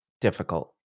difficult